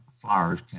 flowers